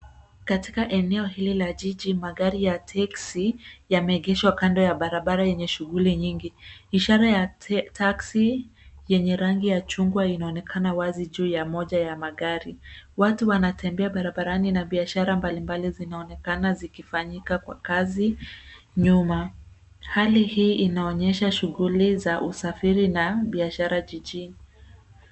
Katika eneo hili la jiji magari ya teksi yameegeshwa kando ya barabara yenye shughuli nyingi. Ishara ya taksi yenye rangi ya chungwa inaonekana wazi juu ya moja ya magari. Watu wanatembea barabarani na biashara mbalimbali zinaonekana zikifanyika kwa kazi nyuma. Hali hii inaonyesha shughuli za usafiri na biashara jijini.